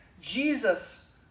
Jesus